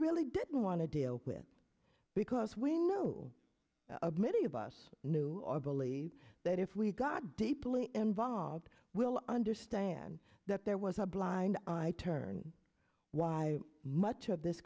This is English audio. really didn't want to deal with because we know of many of us knew or believed that if we got deeply involved we'll understand that there was a blind eye turned why much of this